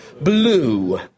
blue